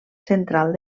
central